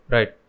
Right